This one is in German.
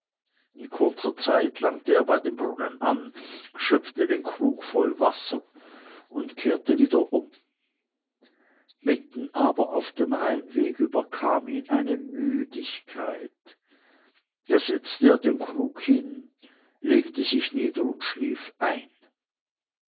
in kurzer zeit langte er bei dem brunnen an schöpfte den krug voll wasser und kehrte wieder um mitten aber auf dem heimweg überkam ihn eine müdigkeit da setzte er den krug hin legte sich nieder und schlief ein